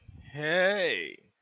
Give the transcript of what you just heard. Hey